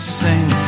sing